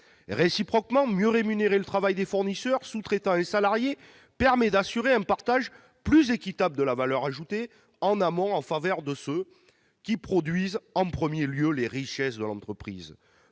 Réciproquement, mieux rémunérer le travail des fournisseurs, sous-traitants et salariés permet d'assurer un partage plus équitable de la valeur ajoutée en amont en faveur de ceux qui produisent en premier lieu les richesses de l'entreprise.